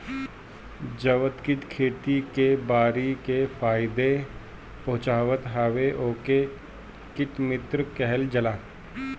जवन कीट खेती बारी के फायदा पहुँचावत हवे ओके कीट मित्र कहल जाला